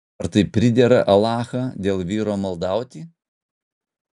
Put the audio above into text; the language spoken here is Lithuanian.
ar tai pridera alachą dėl vyro maldauti